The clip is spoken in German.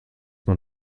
man